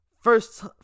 first